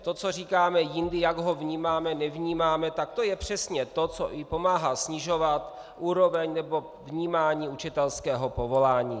To, co říkáme jindy, jak ho vnímáme, nevnímáme, to je přesně to, co i pomáhá snižovat vnímání učitelského povolání.